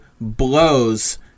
blows